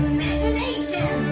Imagination